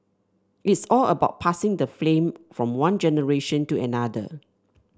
it is all about passing the flame from one generation to another